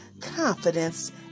confidence